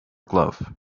glove